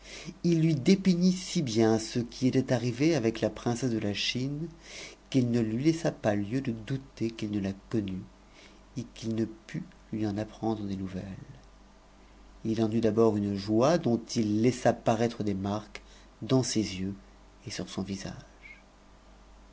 omp lui dépeignit si bien ce qui lui était arrivé avec la ijk'cssc de ja chine qu'il ne lui laissa pas tieu de douter qu'il ne la con t qu'it ne pût lui en apprendre des nouvelles fi en eut d'abord une dont il ltissa paraître des marques dans ses yeux et sur son visage